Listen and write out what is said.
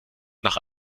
nach